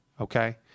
okay